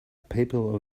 people